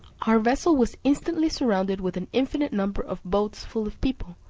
our vessel was instantly surrounded with an infinite number of boats full of people,